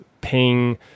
ping